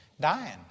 dying